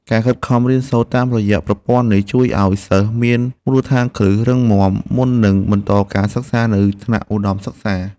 ការខិតខំរៀនសូត្រតាមរយៈប្រព័ន្ធនេះជួយឱ្យសិស្សមានមូលដ្ឋានគ្រឹះរឹងមាំមុននឹងបន្តការសិក្សានៅថ្នាក់ឧត្តមសិក្សា។